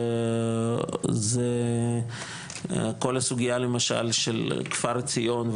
זה כל הסוגייה למשל של כפר עציון,